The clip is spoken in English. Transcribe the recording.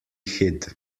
hid